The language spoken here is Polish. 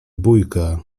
bójka